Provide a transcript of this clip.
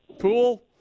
Pool